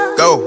go